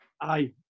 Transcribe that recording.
Aye